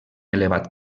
elevat